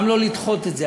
גם לא לדחות את זה,